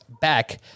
back